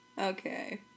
Okay